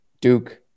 Duke